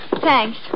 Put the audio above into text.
Thanks